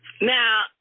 Now